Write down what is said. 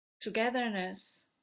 togetherness